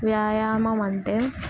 వ్యాయామం అంటే